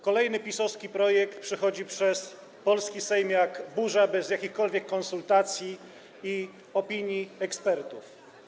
Kolejny PiS-owski projekt przechodzi przez polski Sejm jak burza, bez jakichkolwiek konsultacji i opinii ekspertów.